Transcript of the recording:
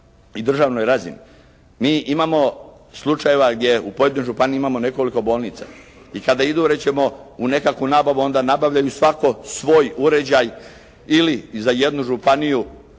i državnoj razini. Mi imamo slučajeva gdje u pojedinoj županiji imamo nekoliko bolnica i a kada idu, reći ćemo u nekakvu nabavu, onda nabavljaju svatko svoj uređaj ili za jednu županiju